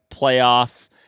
playoff